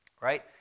right